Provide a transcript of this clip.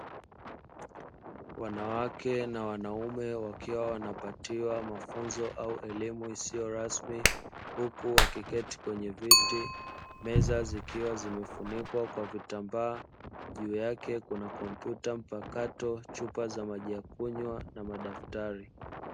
Wanawake na wanaume wakiwa wanapatiwa mafunzo au elimu isiyo rasmi, huku wakiketi kwenye viti, meza zikiwa zimefunikwa kwa vitambaa; juu yake kuna kompyuta mpakato, chupa za maji ya kunywa na madaftali.